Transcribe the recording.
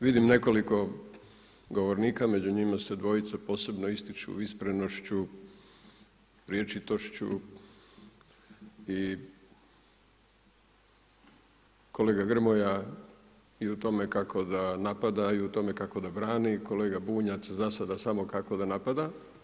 Vidimo nekoliko govornika, među njima se dvojica posebno ističu iskrenošću, rječitošću, i kolega Grmoja i u tome kako da napada ili u tome kako da brani, kolega Bunjac, za sada samo kako da napada.